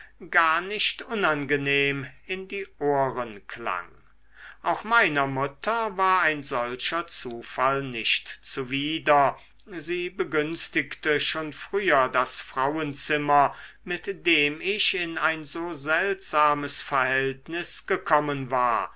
gar nicht unangenehm in die ohren klang auch meiner mutter war ein solcher zufall nicht zuwider sie begünstigte schon früher das frauenzimmer mit dem ich in ein so seltsames verhältnis gekommen war